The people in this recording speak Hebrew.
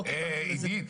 (היו"ר עלי סלאלחה)